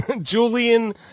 Julian